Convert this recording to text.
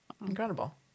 incredible